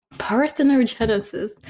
parthenogenesis